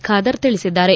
ಖಾದರ್ ತಿಳಿಸಿದ್ದಾರೆ